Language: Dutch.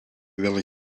willen